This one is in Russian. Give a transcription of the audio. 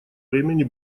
времени